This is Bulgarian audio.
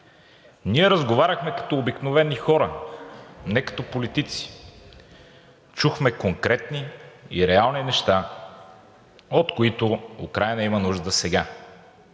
ние разговаряхме като обикновени хора, не като политици. Чухме конкретни и реални неща, от които Украйна има нужда сега.